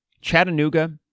Chattanooga